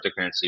cryptocurrency